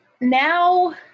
now